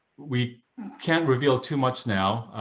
we can't reveal too much now,